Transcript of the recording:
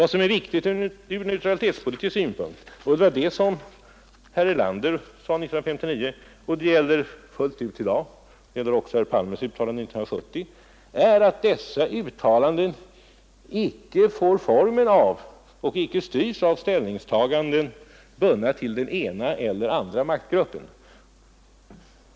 Vad som är viktigt ur neutralitetspolitisk synpunkt är — och det var det som herr Erlander sade 1959 och som herr Palme sade 1970, och det gäller även i dag — att dessa uttalanden icke får formen av eller styrs av ställningstaganden, som binder oss till den ena eller andra maktgruppen.